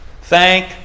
Thank